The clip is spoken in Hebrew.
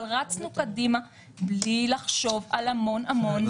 אבל רצנו קדימה בלי לחשוב על המון המון סוגיות.